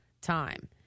time